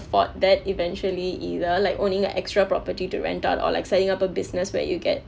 afford that eventually either like owning a extra property to rent out or like setting up a business where you get